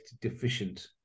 deficient